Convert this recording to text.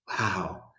Wow